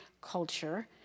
culture